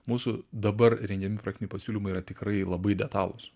mūsų dabar rengiami projektiniai pasiūlymai yra tikrai labai detalūs